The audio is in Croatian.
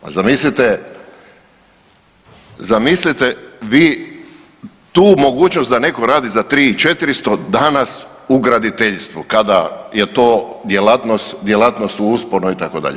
Pa zamislite, zamislite vi tu mogućnost da netko radi za 3.400 danas u graditeljstvu kada je to djelatnost, djelatnost u usponu itd.